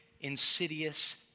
insidious